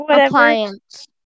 Appliance